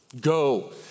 Go